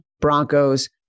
Broncos